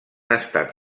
estat